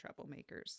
troublemakers